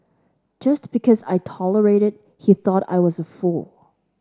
just because I tolerated he thought I was a fool